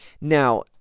Now